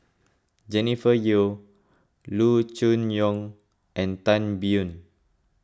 Jennifer Yeo Loo Choon Yong and Tan Biyun